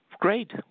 great